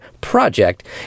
project